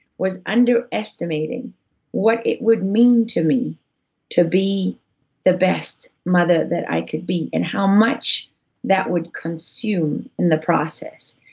was underestimating what it would mean to me to be the best mother that i could be, and how much that would consume in the process.